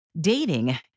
Dating